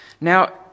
Now